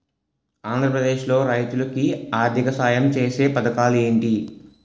ఆంధ్రప్రదేశ్ లో రైతులు కి ఆర్థిక సాయం ఛేసే పథకాలు ఏంటి?